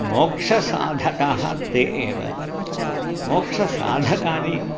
मोक्षसाधकाः ते एव मोक्षसाधकानि